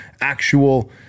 actual